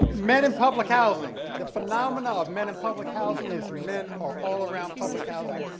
men in public housing. the phenomena of men in public housing is men are all around public housing,